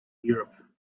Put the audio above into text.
europe